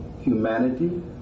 humanity